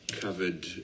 covered